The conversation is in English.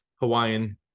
hawaiian